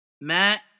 Matt